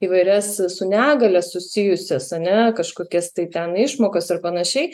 įvairias su negalia susijusias ane kažkokias tai ten išmokas ir panašiai